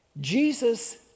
Jesus